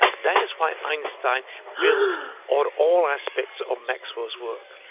and that is why einstein built on all aspects of maxwell's work.